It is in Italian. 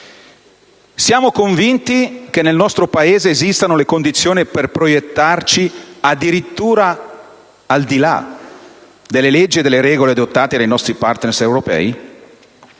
Siamo convinti che nel nostro Paese esistano le condizioni per proiettarci addirittura al di là delle leggi e delle regole adottate dai nostri *partner* europei?